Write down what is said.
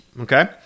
Okay